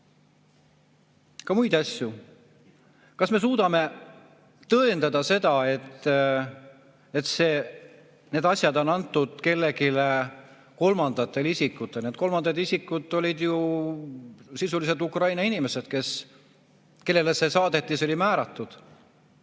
ka muid asju. Kas me suudame tõendada seda, et need asjad on antud kolmandatele isikutele? Need kolmandad isikud olid ju sisuliselt Ukraina inimesed, kellele see saadetis oli määratud.